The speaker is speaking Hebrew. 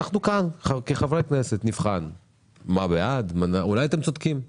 אולי אתם צודקים,